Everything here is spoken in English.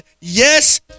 yes